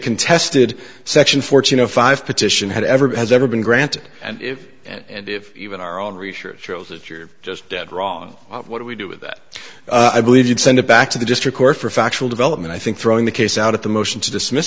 contested section fourteen zero five petition had ever has ever been granted and if and if even our own research shows that you're just dead wrong what we do with that i believe you'd send it back to the district court for factual development i think throwing the case out of the motion to dismiss